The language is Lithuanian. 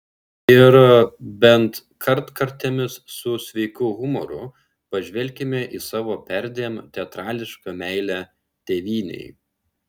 ir bent kartkartėmis su sveiku humoru pažvelkime į savo perdėm teatrališką meilę tėvynei